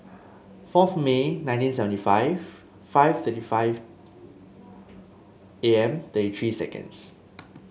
fourth May nineteen seventy five five thirty five A M then three seconds